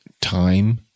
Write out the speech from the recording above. time